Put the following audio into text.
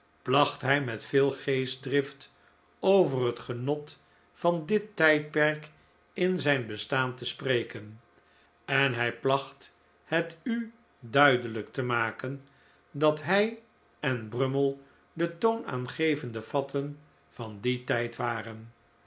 placht hij met veel geestdrift over het genot van dit tijdperk in zijn bestaan te spreken en hij placht het u duidelijk te maken dat hij en brummel de toonaangevende fatten van dien tijd waren